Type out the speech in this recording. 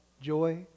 joy